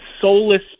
soulless